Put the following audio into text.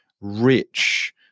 rich